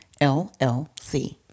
LLC